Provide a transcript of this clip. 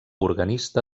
organista